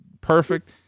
perfect